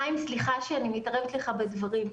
חיים, סליחה שאני מתערבת לך בדברים,